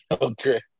Okay